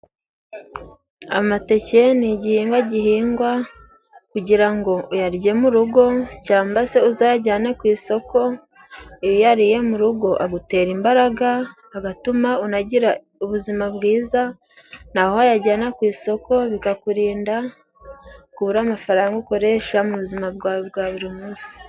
Amateke ni igihingwa gihingwa kugira ngo uyarye mu rugo, cyamba se uzayajyane ku isoko. Iyo uyariye mu rugo, agutera imbaraga agatuma unagira ubuzima bwiza, naho wayajyana ku isoko bikakurinda kubura amafaranga ukoresha mu buzima bwawe bwa buri musi.